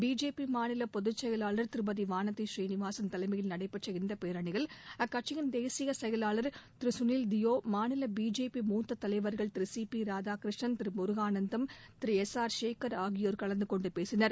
BJP மாநில பொதுச் செயலாளர் திருமதி வானதி சீனிவாசன் தலைமையில் நடைபெற்ற இந்தப் பேரணியில் அக்கட்சியின் தேசிய செயலாளர் திரு சுனில் தியோ மாநில பிஜேபி மூத்த தலைவர்கள் Thiru C P Radhakrishnan Thiru Murushanandam Thiru S R Sekar ஆகியோர் கலந்து கொண்டு பேசினர்